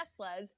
Teslas